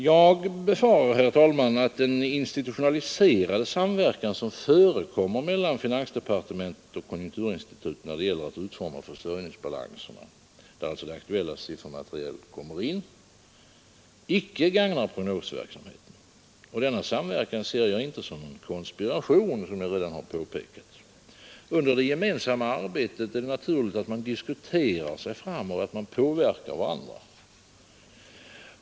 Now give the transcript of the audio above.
Jag befarar, herr talman, att den institutionaliserade samverkan som förekommer mellan finansdepartementet och konjunkturinstitutet när det gäller att utforma försörjningsbalanserna, där alltså det aktuella siffermaterialet kommer in, icke gagnar prognosverksamheten. Och denna samverkan ser jag ingalunda som en konspiration, såsom jag redan har påpekat. Under det gemensamma arbetet är det naturligt att man diskuterar sig fram och att man påverkar varandra.